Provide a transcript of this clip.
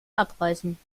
abreißen